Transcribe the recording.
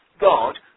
God